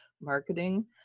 marketing